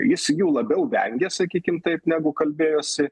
jis jų labiau vengė sakykim taip negu kalbėjosi